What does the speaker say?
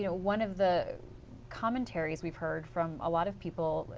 you know one of the commentaries we've heard from a lot of people,